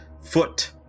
foot